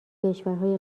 کشورهای